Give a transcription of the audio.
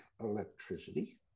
electricity